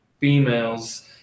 females